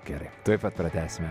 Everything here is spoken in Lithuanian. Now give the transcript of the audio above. gerai tuoj pat pratęsime